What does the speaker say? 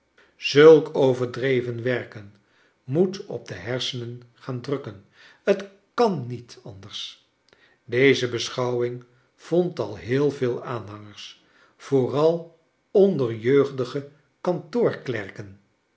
zulk overdreven werken moet op de hersenen gaan drukken t kan niet senen gaan drukken t kan niet anders deze beschouwing vond al heel veel aanhangers vooral onder jeugdige